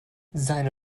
seine